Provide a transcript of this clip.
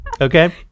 Okay